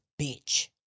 bitch